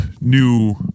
new